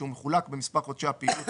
מחולק במספר חודשי הפעילות